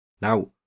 Now